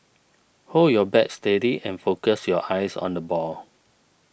hold your bat steady and focus your eyes on the ball